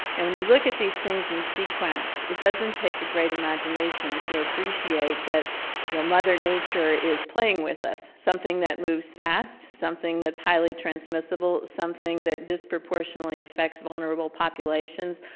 and when you look at these things in sequence, it doesn't take a great imagination to appreciate that your mother nature is playing with us, something that moves fast, something that's highly transmissible, something that disproportionately affects vulnerable populations,